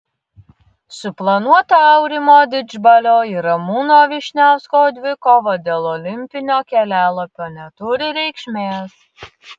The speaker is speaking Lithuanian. suplanuota aurimo didžbalio ir ramūno vyšniausko dvikova dėl olimpinio kelialapio neturi reikšmės